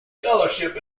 scholarship